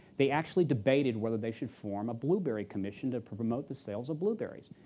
they actually debated whether they should form a blueberry commission to promote the sales of blueberries.